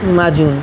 माजून